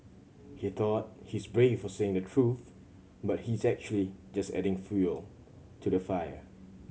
he thought he's brave for saying the truth but he's actually just adding fuel to the fire